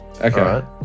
Okay